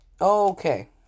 Okay